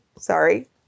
Sorry